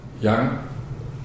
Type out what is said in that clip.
young